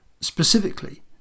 specifically